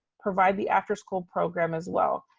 provide the after school program as well.